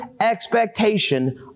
expectation